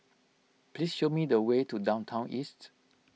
please show me the way to Downtown East